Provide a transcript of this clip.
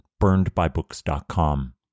burnedbybooks.com